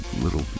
little